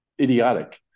idiotic